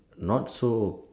not so